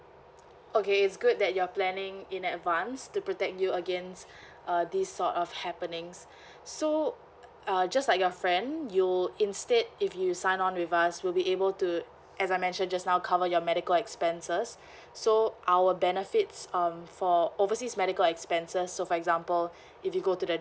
okay it's good that you're planning in advance to protect you against uh this sort of happenings so uh just like your friend you'll instead if you sign on with us we'll be able to as I mentioned just now cover your medical expenses so our benefits um for overseas medical expenses so for example if you go to the